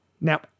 Now